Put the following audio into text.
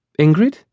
Ingrid